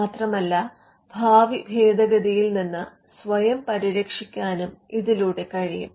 മാത്രമല്ല ഭാവി ഭേദഗതിയിൽ നിന്നും സ്വയം പരിരക്ഷിക്കാനും ഇതിലൂടെ കഴിയും